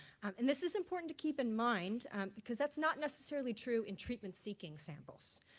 and this is important to keep in mind because that's not necessarily true in treatment-seeking samples.